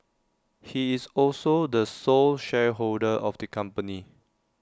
he is also the sole shareholder of the company